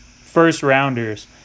first-rounders